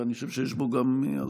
ואני חושב שיש בו גם הרבה,